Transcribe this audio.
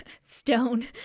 stone